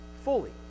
fully